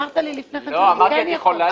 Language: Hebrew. אמרת לי לפני כן שאני כן יכולה.